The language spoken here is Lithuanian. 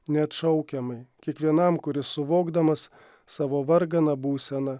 neatšaukiamai kiekvienam kuris suvokdamas savo varganą būseną